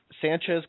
Sanchez